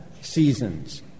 Seasons